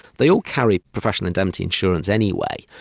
they all carry professional indemnity insurance anyway,